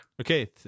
okay